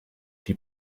die